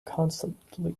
constantly